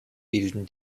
bilden